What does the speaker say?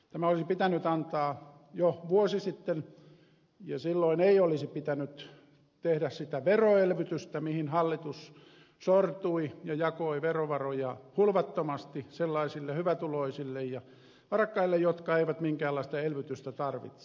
tämä olisi pitänyt antaa jo vuosi sitten ja silloin ei olisi pitänyt tehdä sitä veroelvytystä mihin hallitus sortui ja jakoi verovaroja hulvattomasti sellaisille hyvätuloisille ja varakkaille jotka eivät minkäänlaista elvytystä tarvitse